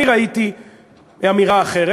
אני ראיתי אמירה אחרת,